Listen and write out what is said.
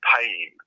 pain